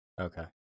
Okay